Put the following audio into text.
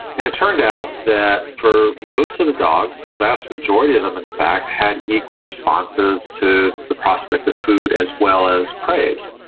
and it turned out that for most of the dogs, the vast majority of them in fact had equal responses to the prospect of food as well as praise,